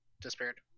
disappeared